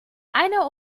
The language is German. eine